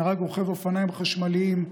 נהרג רוכב אופניים חשמליים,